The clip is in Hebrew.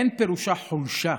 אין פירושה חולשה,